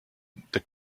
the